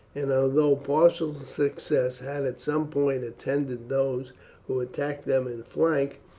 and although partial success had at some points attended those who attacked them in flank,